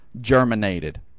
germinated